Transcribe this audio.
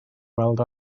weld